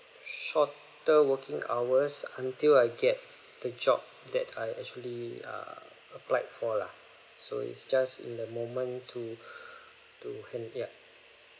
shorter working hours until I get the job that I actually err applied for lah so is just in the moment to to han~ ya